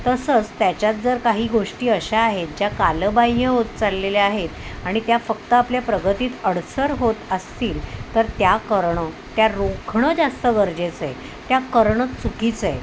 तसंच त्याच्यात जर काही गोष्टी अशा आहेत ज्या कालबाह्य होत चाललेल्या आहेत आणि त्या फक्त आपल्या प्रगतीत अडसर होत असतील तर त्या करण त्या रोखणं जास्त गरजेचं आहे त्या करणं चुकीचं आहे